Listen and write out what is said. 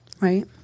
right